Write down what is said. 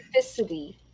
Specificity